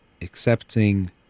accepting